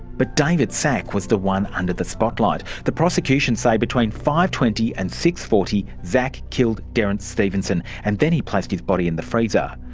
but david szach was the one under the spotlight. the prosecution say between five. twenty and six. forty szach killed derrance stevenson and then he placed his body in the freezer.